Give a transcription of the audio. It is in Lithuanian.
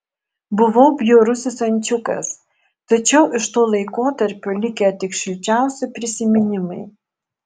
buvau bjaurusis ančiukas tačiau iš to laikotarpio likę tik šilčiausi prisiminimai